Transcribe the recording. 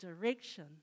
direction